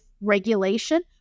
regulation